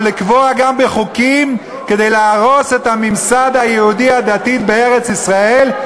לקבוע גם בחוקים כדי להרוס את הממסד היהודי הדתי בארץ-ישראל,